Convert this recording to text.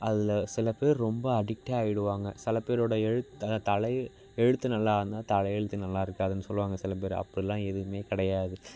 அது அதில் சில பேர் ரொம்ப அடிக்ட்டே ஆகிடுவாங்க சில பேரோட எழுத் அதான் தலை எழுத்து நல்லா இருந்தா தலை எழுத்து நல்லா இருக்காதுனு சொல்லுவாங்க சில பேரு அப்பிடிலாம் எதுவுமே கிடையாது